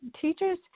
teachers